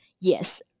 Yes